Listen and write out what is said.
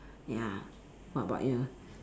ya what about you